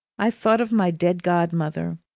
i thought of my dead godmother,